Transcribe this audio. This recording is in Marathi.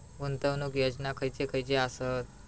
गुंतवणूक योजना खयचे खयचे आसत?